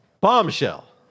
bombshell